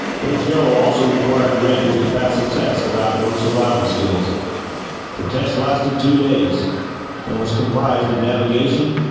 pinchot so also required rangers to pass a test of outdoor survival skills the test lasted two days and was comprised of navigation